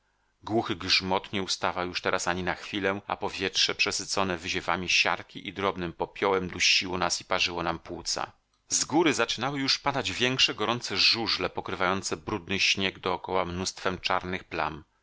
głuchy grzmot nie ustawał już teraz ani na chwilę a powietrze przesycone wyziewami siarki i drobnym popiołem dusiło nas i parzyło nam płuca z góry zaczynały już padać większe gorące żużle pokrywające brudny śnieg dokoła mnóstwem czarnych plam